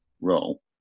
role